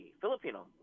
Filipino